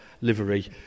Livery